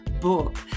book